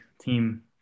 team